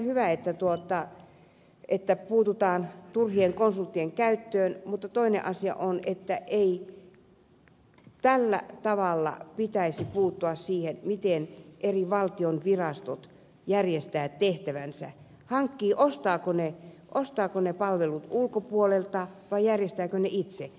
on ihan hyvä että puututaan turhien konsulttien käyttöön mutta toinen asia on että ei tällä tavalla pitäisi puuttua siihen miten eri valtion virastot järjestävät tehtävänsä ostavatko ne palvelut ulkopuolelta vai järjestävätkö ne itse